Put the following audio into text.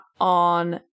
on